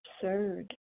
absurd